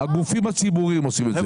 הגופים הציבוריים עושים את זה.